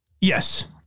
Yes